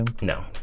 No